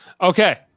Okay